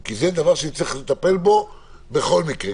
כי זה דבר שנצטרך לטפל בו בכל מקרה,